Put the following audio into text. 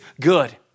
good